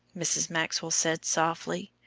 mrs. maxwell said softly,